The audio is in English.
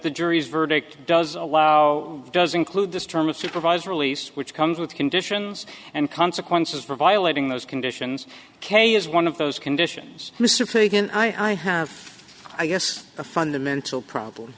the jury's verdict does allow does include this term of supervised release which comes with conditions and consequences for violating those conditions ok is one of those conditions mr kagan i have i guess a fundamental problem